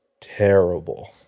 terrible